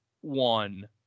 one